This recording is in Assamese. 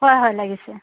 হয় হয় লাগিছে